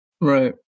Right